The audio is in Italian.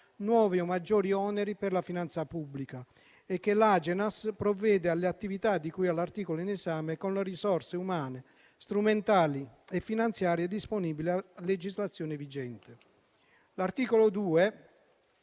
nuovi o maggiori oneri per la finanza pubblica e che l'Agenas provvede alle attività di cui all'articolo in esame con le risorse umane, strumentali e finanziarie disponibili a legislazione vigente. L'articolo 2,